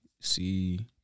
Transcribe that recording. see